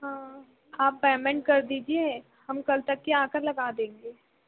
हाँ आप पेमेंट कर दीजिए हम कल तक ही आकर लगा देंगे